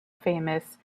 famous